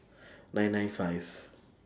nine nine five